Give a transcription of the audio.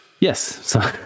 yes